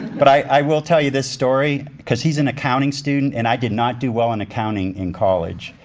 but i will tell you this story, cause he's an accounting student and i did not do well in accounting in college.